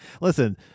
Listen